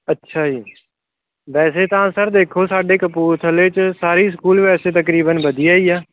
ਅੱਛਾ ਜੀ ਵੈਸੇ ਤਾਂ ਸਰ ਦੇਖੋ ਸਾਡੇ ਕਪੂਰਥਲੇ 'ਚ ਸਾਰੇ ਹੀ ਸਕੂਲ ਵੈਸੇ ਤਕਰੀਬਨ ਵਧੀਆ ਹੀ ਆ